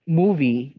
movie